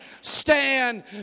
stand